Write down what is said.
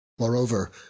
Moreover